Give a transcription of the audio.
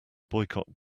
boycott